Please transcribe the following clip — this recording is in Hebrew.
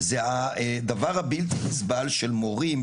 זה הדבר הבלתי נסבל של מורים,